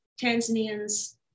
Tanzanians